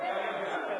פיצויי פיטורים (תיקון,